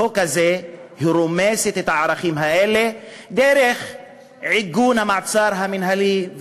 בחוק הזה היא רומסת את הערכים האלה דרך עיגון המעצר המינהלי,